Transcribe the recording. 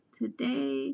today